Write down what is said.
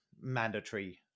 mandatory